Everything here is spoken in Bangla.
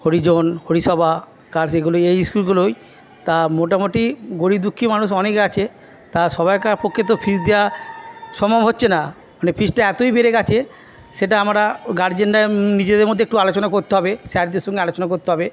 হরিজন হরিসভা এগুলোই এই স্কুলগুলোই তা মোটামুটি গরীব দুঃখী মানুষ অনেক আছে তা সবাইকার পক্ষে তো ফিজ দেওয়া সম্ভব হচ্ছে না মানে ফিজটা এতই বেড়ে গেছে সেটা আমরা গার্জেনরা নিজেদের মধ্যে একটু আলোচনা করতে হবে স্যারদের সঙ্গে আলোচনা করতে হবে